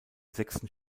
sechsten